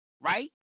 Right